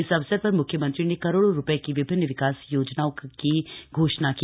इस अवसर पर मुख्यमंत्री ने करोड़ों रुपये की विभिन्न विकास योजनाओं की घोषणा की